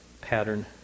Pattern